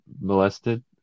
molested